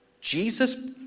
Jesus